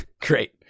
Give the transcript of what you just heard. Great